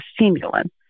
stimulant